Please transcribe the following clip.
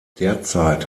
derzeit